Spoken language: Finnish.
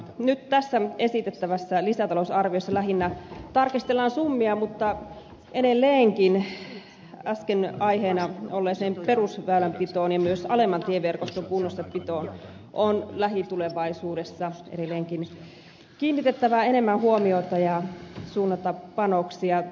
nyt tässä esitettävässä lisätalousarviossa lähinnä tarkistellaan summia mutta edelleenkin äsken aiheena olleeseen perusväylänpitoon ja myös alemman tieverkoston kunnossapitoon on lähitulevaisuudessa edelleenkin kiinnitettävä enemmän huomiota ja suunnattava panoksia